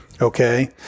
Okay